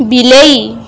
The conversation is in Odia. ବିଲେଇ